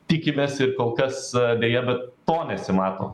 tikimės ir kol kas deja bet to nesimato